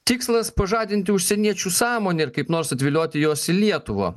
tikslas pažadinti užsieniečių sąmonę ir kaip nors atvilioti juos į lietuvą